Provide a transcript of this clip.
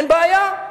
אין בעיה,